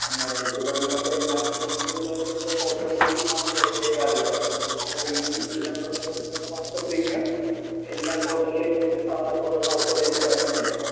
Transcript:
N R I okay സാറെ നമ്മൾ അപ്പോൾ എൻ ആർ ഐ അക്കൗണ്ട്സിൽ ഉള്ളവർക്ക് നമ്മൾ ക്വാർട്ടർലി സ്കീമാണ് പ്രൊവൈഡ് ചെയ്യാറുള്ളത് അപ്പോൾ ഈ നമ്മുടെ മൂന്ന് മാസത്തെ പ്രീമിയം എല്ലാ ക്വാർട്ടർലി എൻ്റിലും സാറിൻ്റെ അക്കൗണ്ടിൽ നിന്ന് ഓട്ടോ ഡെബിറ്റാവുന്ന പോലെയാണ്